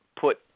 put